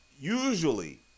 usually